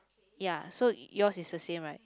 ya so yours is the same right